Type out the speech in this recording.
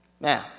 Now